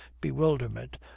bewilderment